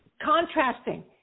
Contrasting